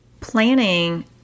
planning